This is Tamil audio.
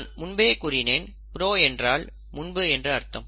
நான் முன்பே கூறினேன் ப்ரோ என்றால் முன்பு என்று அர்த்தம்